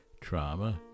Trauma